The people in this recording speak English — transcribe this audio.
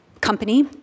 company